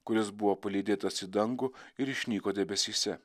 kuris buvo palydėtas į dangų ir išnyko debesyse